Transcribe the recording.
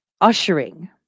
ushering